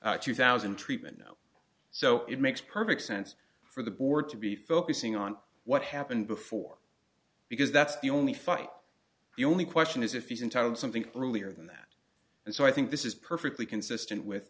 five two thousand treatment now so it makes perfect sense for the board to be focusing on what happened before because that's the only fight the only question is if he's entitled something earlier than that and so i think this is perfectly consistent with